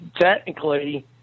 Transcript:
Technically